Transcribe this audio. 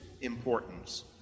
importance